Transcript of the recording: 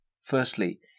Firstly